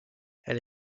elle